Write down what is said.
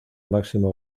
máximo